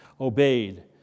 obeyed